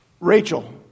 Rachel